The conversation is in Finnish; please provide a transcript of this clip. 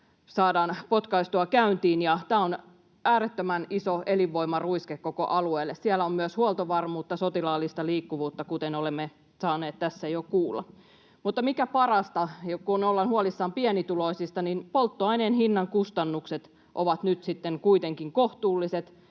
saadaan potkaistua käyntiin. Tämä on äärettömän iso elinvoimaruiske koko alueelle. Siellä on myös huoltovarmuutta, sotilaallista liikkuvuutta, kuten olemme saaneet tässä jo kuulla. Mutta mikä parasta, kun ollaan huolissaan pienituloisista, niin polttoaineen hinnan kustannukset ovat nyt sitten kuitenkin kohtuulliset